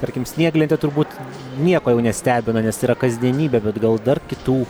tarkim snieglentė turbūt nieko jau nestebina nes yra kasdienybė bet gal dar kitų